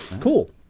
cool